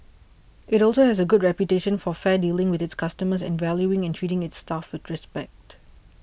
it also has a good reputation for fair dealing with its customers and valuing and treating its staff with respect